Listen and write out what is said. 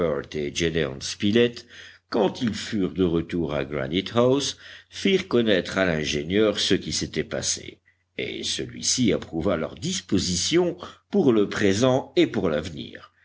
quand ils furent de retour à granite house firent connaître à l'ingénieur ce qui s'était passé et celui-ci approuva leurs dispositions pour le présent et pour l'avenir